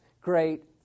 great